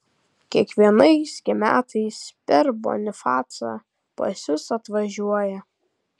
kiekvienais gi metais per bonifacą pas jus atvažiuoja